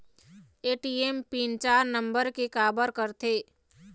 ATM PIN चार number के काबर करथे?